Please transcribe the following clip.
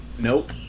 Nope